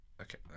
okay